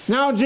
Now